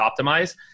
optimize